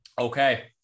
Okay